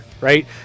right